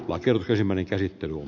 waigel reisi meni käsittelun